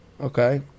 okay